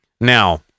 Now